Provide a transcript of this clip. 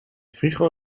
frigo